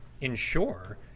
ensure